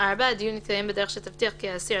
הדיון יתקיים בדרך שתבטיח כי האסיר,